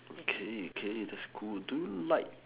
okay okay just cool do you like